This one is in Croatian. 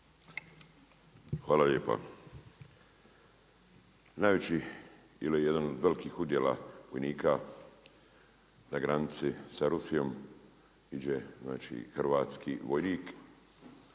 Hvala lijepa. Najveći ili jedan od velikih udjela vojnika na granici sa Rusijom ide hrvatski vojnik